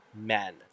men